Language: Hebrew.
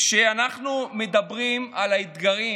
כשאנחנו מדברים על האתגרים